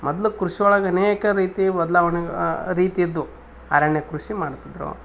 ಮೊದ್ಲ್ ಕೃಷಿಯೊಳಗ್ ಅನೇಕ ರೀತಿ ಬದಲಾವಣೆ ರೀತಿ ಇದ್ವು ಅರಣ್ಯ ಕೃಷಿ ಮಾಡ್ತಿದ್ರು